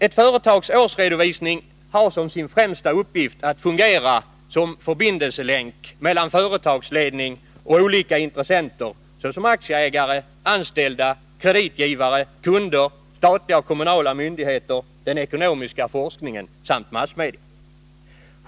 Ett företags årsredovisning har som sin främsta uppgift att fungera som förbindelselänk mellan företagsledning och olika intressenter såsom aktieägare, anställda, kreditgivare, kunder, statliga och kommunala myndigheter, den ekonomiska forskningen samt massmedia.